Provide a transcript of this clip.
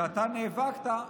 שאתה נאבקת,